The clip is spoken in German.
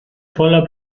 voller